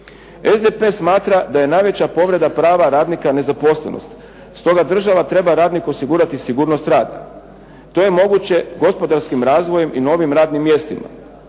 SDP smatra da je najveća povreda prava radnika nezaposlenost, stoga država treba radniku osigurati sigurnost rada. To je moguće gospodarskim razvojem i novim radnim mjestima.